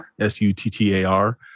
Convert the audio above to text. S-U-T-T-A-R